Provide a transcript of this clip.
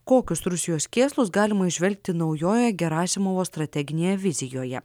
kokius rusijos kėslus galima įžvelgti naujojoje gerasimovo strateginėje vizijoje